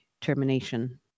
termination